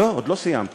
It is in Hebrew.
לא, עוד לא סיימתי.